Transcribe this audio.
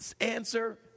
answer